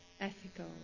ethical